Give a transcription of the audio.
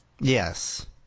Yes